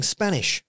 Spanish